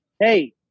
Hey